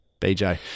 BJ